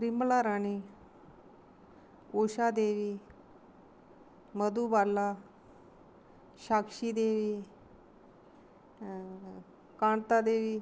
Primla Rani Usha Devi Madhubala Sakshi Devi Kanta Devi